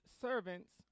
Servants